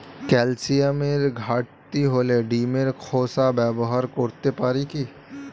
ক্যালসিয়ামের ঘাটতি হলে ডিমের খোসা ব্যবহার করতে পারি কি?